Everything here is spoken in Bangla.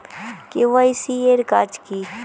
কে.ওয়াই.সি এর কাজ কি?